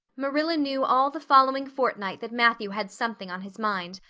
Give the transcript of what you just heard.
marilla knew all the following fortnight that matthew had something on his mind,